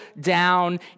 down